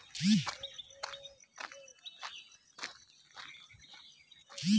পাট চাষ কীভাবে করা হয়?